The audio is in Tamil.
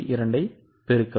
2ஐ பெருக்கவும்